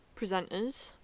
presenters